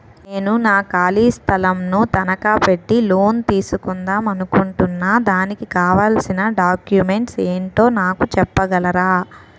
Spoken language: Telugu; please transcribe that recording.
నేను నా ఖాళీ స్థలం ను తనకా పెట్టి లోన్ తీసుకుందాం అనుకుంటున్నా దానికి కావాల్సిన డాక్యుమెంట్స్ ఏంటో నాకు చెప్పగలరా?